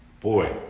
boy